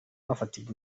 bafatirwa